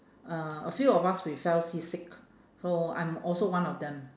uh a few of us we fell seasick so I'm also one of them